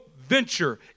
venture